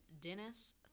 Dennis